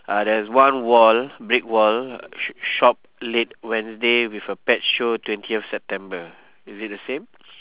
uh there's one wall brick wall sh~ shop late wednesday with a pet show twentieth september is it the same